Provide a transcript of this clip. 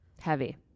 Heavy